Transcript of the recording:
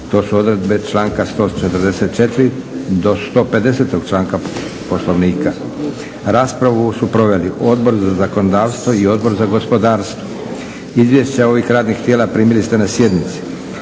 To su odredbe članka 144.do 150. Članka Poslovnika. Raspravu su proveli Odbor za zakonodavstvo i Odbor za gospodarstvo. Izvješća ovih radnih tijela primili ste na sjednici.